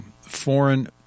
foreign